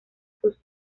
sus